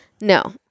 No